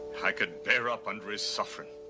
i could bear up under his suffering.